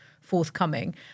forthcoming